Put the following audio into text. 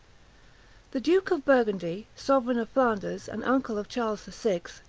the duke of burgundy, sovereign of flanders, and uncle of charles the sixth,